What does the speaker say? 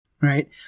Right